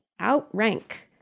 outrank